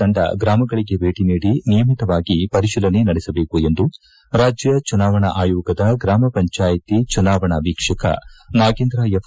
ತಂಡ ಗ್ರಾಮಗಳಿಗೆ ಭೇಟಿ ನೀಡಿ ನಿಯಮಿತವಾಗಿ ಪರಿಶೀಲನೆ ನಡೆಸಬೇಕೆಂದು ರಾಜ್ಯ ಚುನಾವಣಾ ಆಯೋಗದ ಗ್ರಾಮ ಪಂಚಾಯಿತಿ ಚುನಾವಣಾ ವೀಕ್ಷಕ ನಾಗೇಂದ್ರ ಎಫ್